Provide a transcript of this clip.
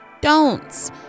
don'ts